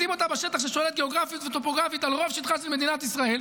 לשים אותה בשטח ששולט גיאוגרפית וטופוגרפית על רוב שטחה של מדינת ישראל,